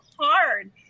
hard